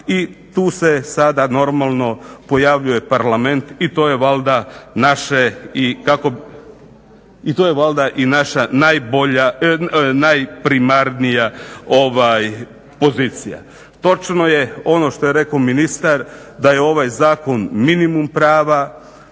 I tu se sada normalno pojavljuje Parlament i to je valjda i naša najbolja, najprimarnija pozicija. Točno je ono što je rekao ministar da je ovaj zakon minimum prava,